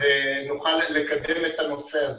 ונוכל לקדם את הנושא הזה.